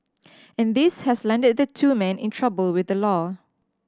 and this has landed the two men in trouble with the law